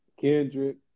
Kendrick